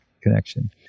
connection